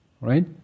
right